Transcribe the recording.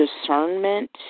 discernment